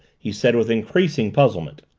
he said with increasing puzzlement.